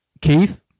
Keith